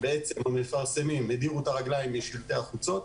המפרסמים הדירו את הרגליים משלטי החוצות.